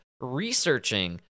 researching